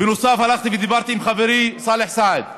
בנוסף, הלכתי ודיברתי עם חברי סאלח סעד.